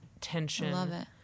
tension